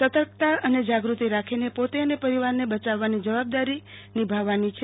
સતર્કતા અને જાગ્રતિ રાખીને પોતે અને પરિવારને બચાવવાની જવાબદારી નીભાવવાની છે